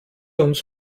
uns